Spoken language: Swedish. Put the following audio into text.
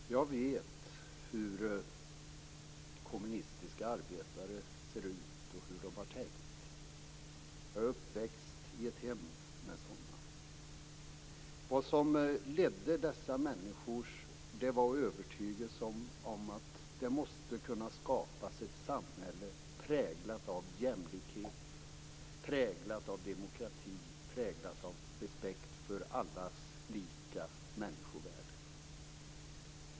Fru talman! Jag vet hur kommunistiska arbetare ser ut och hur de har tänkt. Jag är uppvuxen i ett hem med sådana. Det som ledde dessa människor var övertygelsen om att det måste kunna skapas ett samhälle präglat av jämlikhet, demokrati och respekt för allas lika människovärde.